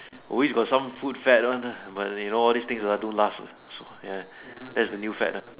always got some food fad one lah but you know all those things are don't last so so ya that a new fad ah